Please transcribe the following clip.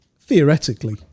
Theoretically